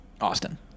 austin